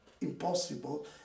impossible